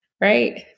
right